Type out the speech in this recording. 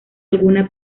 alguna